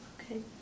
okay